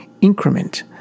increment